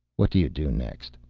what do you do next?